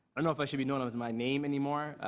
don't know if i should be known as my name anymore.